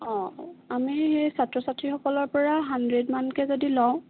অঁ আমি ছাত্ৰ ছাত্ৰীসকলৰ পৰা হাণ্ড্ৰেড মানকৈ যদি লওঁ